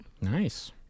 Nice